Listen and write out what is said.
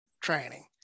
training